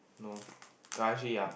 no uh actually yeah